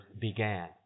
began